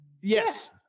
yes